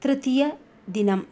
तृतीयदिनम्